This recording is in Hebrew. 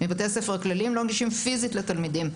לא נגישים פיזית לתלמידים,